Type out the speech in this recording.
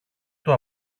του